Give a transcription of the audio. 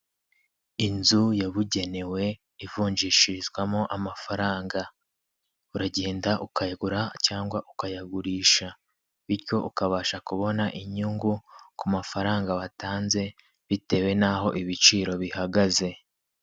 Inzu yabugenewe ivunjishirizwamo amafaranga uragenda ukayagura cyangwa ukayagurisha bityo ukabasha kubona inyungu ku mafaranga watanze bitewe n'aho ibiciro bihagaze.